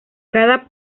cada